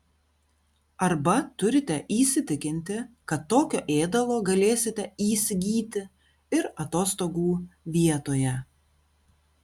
arba turite įsitikinti kad tokio ėdalo galėsite įsigyti ir atostogų vietoje